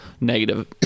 negative